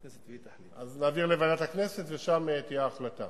אז נעביר לוועדת הכנסת, ושם תהיה החלטה.